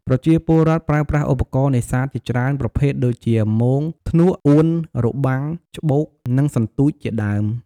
ប្រជាពលរដ្ឋប្រើប្រាស់ឧបករណ៍នេសាទជាច្រើនប្រភេទដូចជា មង ធ្នូក អួន របាំង ច្បូក និងសន្ទូចជាដើម។